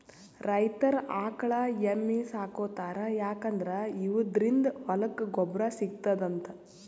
ರೈತರ್ ಆಕಳ್ ಎಮ್ಮಿ ಸಾಕೋತಾರ್ ಯಾಕಂದ್ರ ಇವದ್ರಿನ್ದ ಹೊಲಕ್ಕ್ ಗೊಬ್ಬರ್ ಸಿಗ್ತದಂತ್